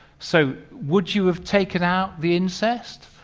so would you have taken out the incest?